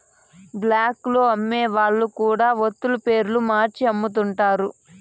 black లో అమ్మే వాళ్ళు కూడా వత్తుల పేర్లు మార్చి అమ్ముతుంటారు